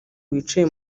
wicaye